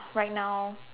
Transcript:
right now